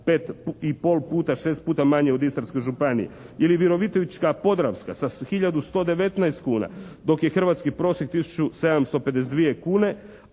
5 i pol puta, 6 puta manje od Istarske županije. Ili Virovitička-Podravska sa 1119 kuna. Dok je hrvatski prosjek 1752 kune,